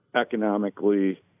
economically